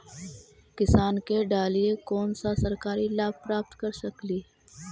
किसान के डालीय कोन सा सरकरी लाभ प्राप्त कर सकली?